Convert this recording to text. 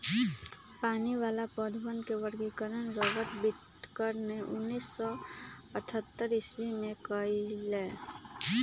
पानी वाला पौधवन के वर्गीकरण रॉबर्ट विटकर ने उन्नीस सौ अथतर ईसवी में कइलय